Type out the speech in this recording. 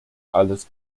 alles